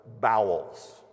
bowels